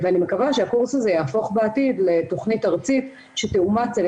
אני מקווה שהקורס הזה יהפוך בעתיד לתוכנית ארצית שתאומץ על